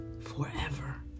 forever